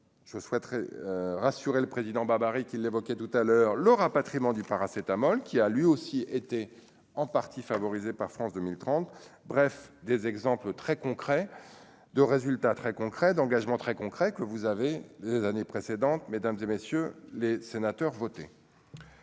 je souhaiterais rassurer le président barbarie qui l'évoquait tout à l'heure le rapatriement du paracétamol, qui a lui aussi été en partie favorisés par France 2030, bref des exemples très concrets de résultats très concrets d'engagement très concret que vous avez les années précédentes, mesdames et messieurs les sénateurs voter.